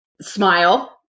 smile